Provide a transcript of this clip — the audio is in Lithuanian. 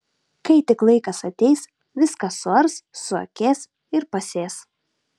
kai tik laikas ateis viską suars suakės ir pasės